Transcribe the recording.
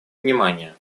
внимания